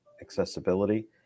accessibility